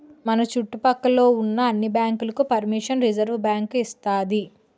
మన చుట్టు పక్క లో ఉన్న అన్ని బ్యాంకులకు పరిమిషన్ రిజర్వుబ్యాంకు ఇస్తాది